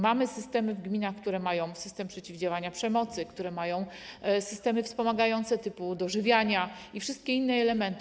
Pracujemy w gminach, które mają systemy przeciwdziałania przemocy, które mają systemy wspomagające typu: dożywianie i wszystkie inne elementy.